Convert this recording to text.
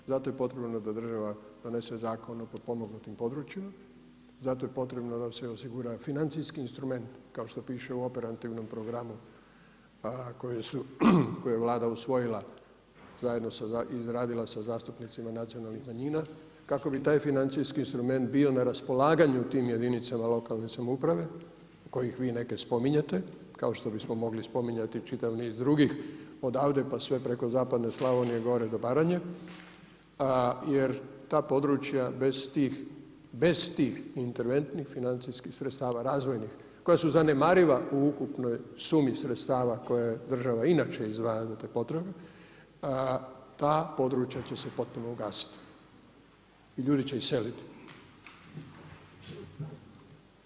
Zato je potrebno da država donese Zakon o potpomognutim područjima, zato je potrebno da se osigura financijski instrument kao šta piše u operativnom programu koje je Vlada usvojila zajedno izradila sa zastupnicima nacionalnih manjina kako bi taj financijski instrument bio na raspolaganju tim jedinicama lokalne samouprave kojih vi neke spominjete kao što bismo mogli spominjati čitav niz drugih odavde pa sve preko zapadne Slavonije gore do Baranje jer ta područja bez tih interventnih financijskih sredstava, razvojnih, koje su zanemariva u ukupnoj sumi sredstava koje država inače izdvaja za te potrebe, ta područja će se potpuno ugasiti i ljudi će iseliti.